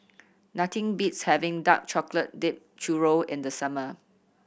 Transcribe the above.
nothing beats having dark chocolate dipped churro in the summer